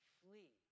flee